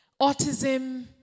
Autism